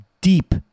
deep